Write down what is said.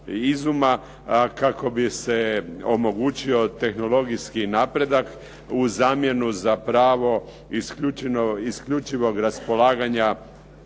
kako bi se omogućio tehnologijski napredak u zamjenu za pravo isključivog raspolaganja